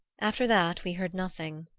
after that we heard nothing.